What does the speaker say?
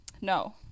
no